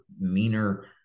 meaner